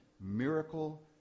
Miracle